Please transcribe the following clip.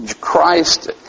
Christ